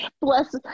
bless